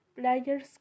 Players